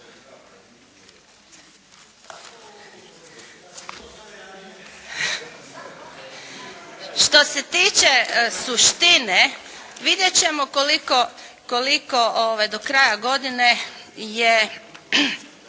Što se tiče suštine vidjet ćemo koliko do kraja godine je